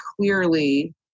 clearly